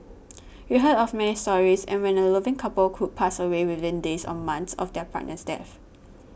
we heard of many stories and when a loving couple could pass away within days or months of their partner's death